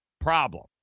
problem